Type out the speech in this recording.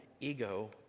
ego